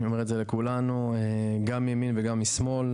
אני אומר את זה לכולנו, גם מימין וגם משמאל.